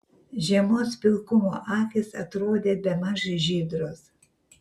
žiemos pilkumo akys atrodė bemaž žydros